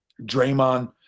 Draymond